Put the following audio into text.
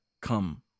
come